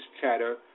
chatter